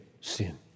sin